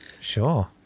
Sure